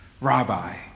Rabbi